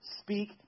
speak